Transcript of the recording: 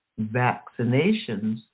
vaccinations